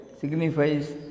signifies